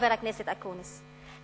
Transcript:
חבר הכנסת אקוניס.